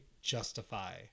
justify